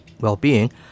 well-being